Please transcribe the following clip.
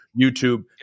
YouTube